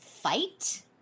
fight